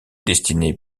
dessiné